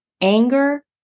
anger